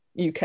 UK